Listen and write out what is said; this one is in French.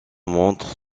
montre